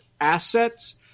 assets